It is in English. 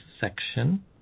section